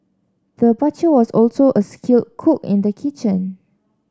the butcher was also a skilled cook in the kitchen